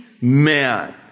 man